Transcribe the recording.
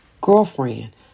girlfriend